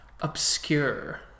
obscure